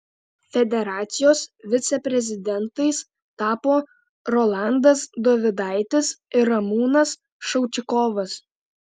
federacijos viceprezidentais tapo rolandas dovidaitis ir ramūnas šaučikovas